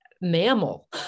mammal